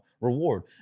reward